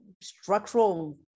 structural